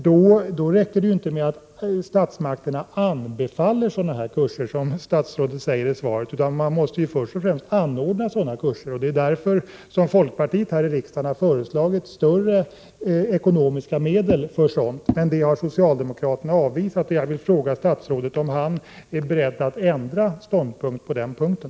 Då räcker det inte med att statsmakterna ”anbefaller” sådana kurser, som statsrådet säger i svaret, utan man måste först och främst anordna sådana kurser. Det är därför folkpartiet här i riksdagen har föreslagit större ekonomiska medel för sådana ändamål. Det har emellertid socialdemokraterna avvisat. Jag vill fråga statsrådet om han är beredd att ändra inställning på den punkten.